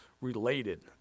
related